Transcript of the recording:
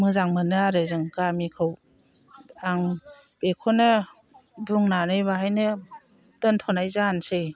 मोजां मोनो आरो जों गामिखौ आं बेखौनो बुंनानै बेवहायनो दोनथ'नाय जानोसै